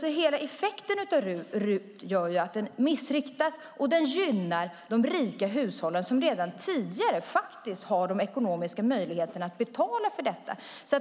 Hela effekten av RUT-avdraget gör att det missriktas och gynnar de rika hushållen som redan tidigare faktiskt har de ekonomiska möjligheterna att betala för detta.